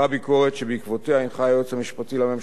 ובעקבותיה הנחה היועץ המשפטי לממשלה את משרד